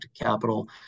capital